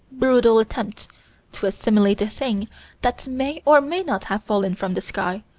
brutal attempt to assimilate a thing that may or may not have fallen from the sky,